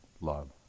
love